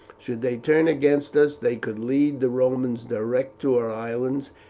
should they turn against us they could lead the romans direct to our islands,